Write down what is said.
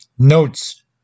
Notes